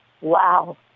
wow